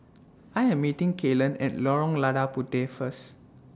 I Am meeting Kelan At Lorong Lada Puteh First